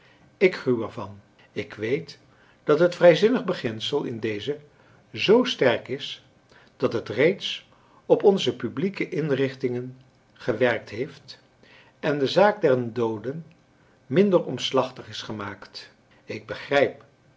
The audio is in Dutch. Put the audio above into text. ik gruw er van ik weet dat het vrijzinnig beginsel in dezen zoo sterk is dat het reeds op onze publieke inrichtingen gewerkt heeft en de zaak der dooden minder omslachtig is gemaakt ik begrijp